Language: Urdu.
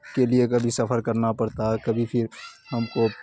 کے لیے کبھی سفر کرنا پڑتا ہے کبھی پھر ہم کو